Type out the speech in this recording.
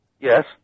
Yes